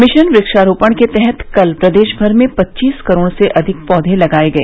mission वृक्षारोपण के तहत कल प्रदेश भर में पच्चीस करोड़ से अधिक पौधे लगाए गए